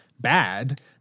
bad